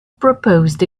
proposed